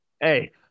Hey